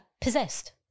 Possessed